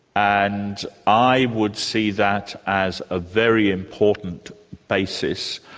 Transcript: and i would see that as a very important basis,